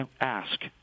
ask